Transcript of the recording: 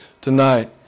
tonight